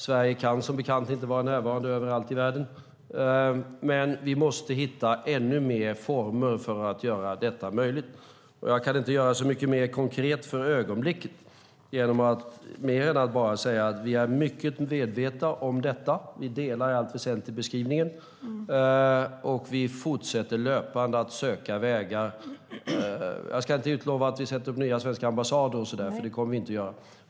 Sverige kan som bekant inte vara närvarande överallt i världen. Men vi måste hitta ännu fler former för att göra detta möjligt. Jag kan inte göra så mycket mer konkret för ögonblicket än att bara säga att vi är mycket medvetna om detta. Vi delar i allt väsentligt synen i beskrivningen, och vi fortsätter löpande att söka vägar. Jag ska inte utlova att vi sätter upp nya svenska ambassader, för det kommer vi inte att göra.